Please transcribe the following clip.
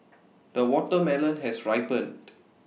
the watermelon has ripened